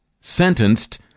sentenced